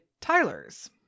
Tyler's